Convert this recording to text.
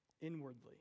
inwardly